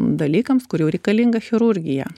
dalykams kur jau reikalinga chirurgija